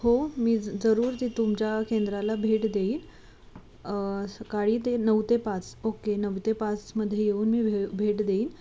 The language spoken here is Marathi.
हो मी जरूर ती तुमच्या केंद्राला भेट देईन सकाळी ते नऊ ते पाच ओके नऊ ते पाचमध्ये येऊन मी भे भेट देईन